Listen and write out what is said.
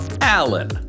Alan